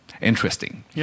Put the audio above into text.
interesting